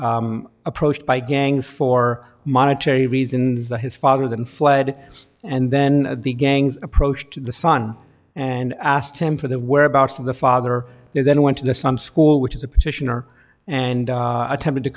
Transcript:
approached by gangs for monetary reasons that his father then fled and then the gangs approached the son and asked him for the whereabouts of the father and then went to some school which is a petitioner and attempt to